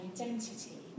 identity